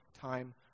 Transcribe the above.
time